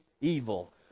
evil